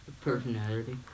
Personality